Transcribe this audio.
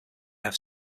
have